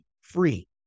free